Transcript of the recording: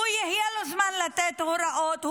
יהיה לו זמן לתת הוראות,